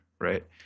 right